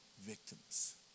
victims